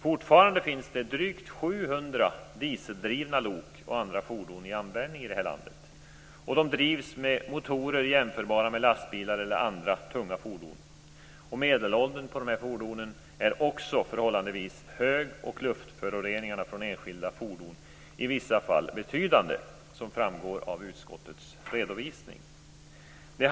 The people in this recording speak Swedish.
Fortfarande finns det drygt 700 dieseldrivna lok och andra fordon i användning i landet. De drivs med motorer jämförbara med motorerna i lastbilar eller andra tunga fordon. Medelåldern på dessa fordon är också förhållandevis hög och luftföroreningarna från enskilda fordon i vissa fall betydande, som framgår av utskottets redovisning.